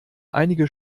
einige